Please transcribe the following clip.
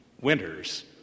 Winters